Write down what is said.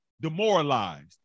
demoralized